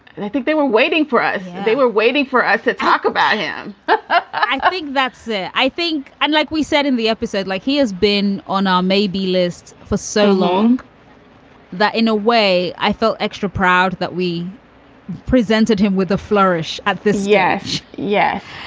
and i think they were waiting for us they were waiting for us to talk about him. i think that's it i think and like we said in the episode, like he has been on our maybe list for so long that in a way i felt extra proud that we presented him with a flourish at this yes. yes.